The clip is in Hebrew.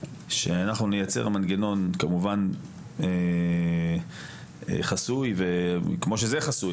שאנחנו נייצר מנגנון כמובן חסוי כמו שזה חסוי.